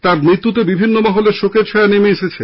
তাঁর মৃত্যুতে বিভিন্ন মহলে শোকের ছায়া নেমে এসেছে